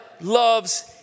loves